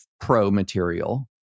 pro-material